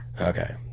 Okay